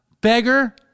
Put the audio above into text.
Beggar